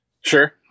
Sure